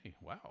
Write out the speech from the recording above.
wow